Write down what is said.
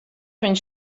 viņš